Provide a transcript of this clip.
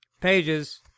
pages